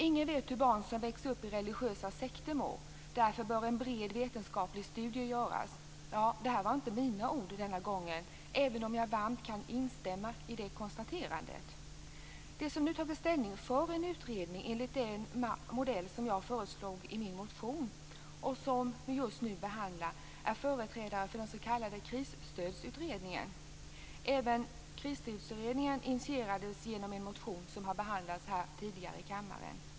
Ingen vet hur barn som växer upp i religiösa sekter mår. Därför bör en bred vetenskaplig studie göras. Detta var inte mina ord, även om jag varmt kan instämma i detta konstaterande. De som nu har tagit ställning för en utredning enligt den modell som jag föreslog i min motion och som vi just nu behandlar är företrädare för den s.k. Krisstödsutredningen. Även Krisstödsutredningen initierades genom en motion som har behandlats tidigare i kammaren.